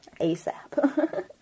ASAP